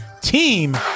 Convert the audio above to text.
team